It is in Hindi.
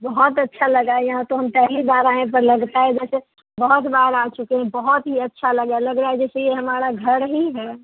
बहुत अच्छा लगा यहाँ तो हम पहली बार आए हैं पर लगता है जैसे बहुत बार आ चुके हैं बहुत ही अच्छा लगा लग रहा है जैसे ये हमारा घर ही है